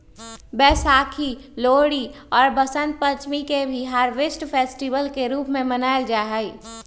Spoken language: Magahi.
वैशाखी, लोहरी और वसंत पंचमी के भी हार्वेस्ट फेस्टिवल के रूप में मनावल जाहई